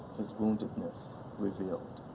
his woundedness revealed.